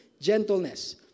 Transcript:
gentleness